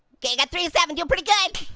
got three seven, doin' pretty good.